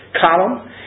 column